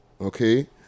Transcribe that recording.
Okay